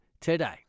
today